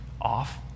off